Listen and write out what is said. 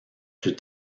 plus